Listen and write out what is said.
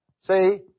See